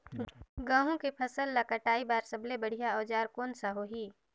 गहूं के फसल ला कटाई बार सबले बढ़िया औजार कोन सा होही?